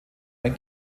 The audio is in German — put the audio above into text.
ein